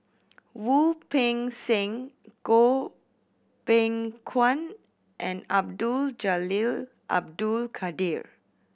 Wu Peng Seng Goh Beng Kwan and Abdul Jalil Abdul Kadir